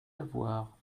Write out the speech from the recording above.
avoir